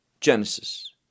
genesis